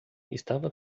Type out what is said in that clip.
estava